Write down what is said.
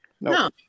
No